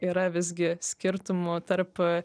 yra visgi skirtumo tarp